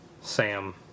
Sam